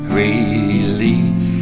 relief